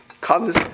comes